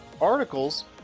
articles